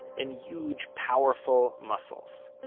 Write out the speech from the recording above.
and huge, powerful, muscles.